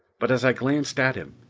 but as i glanced at him,